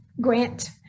grant